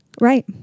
Right